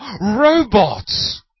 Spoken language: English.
robots